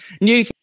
new